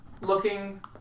Looking